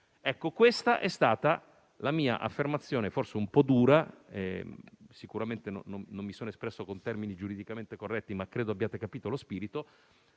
Questa è stata la mia affermazione, forse un po' dura e sicuramente non mi sono espresso con termini giuridicamente corretti, ma credo abbiate capito lo spirito: